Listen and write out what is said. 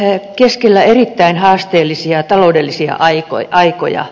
olemme keskellä erittäin haasteellisia taloudellisia aikoja